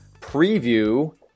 preview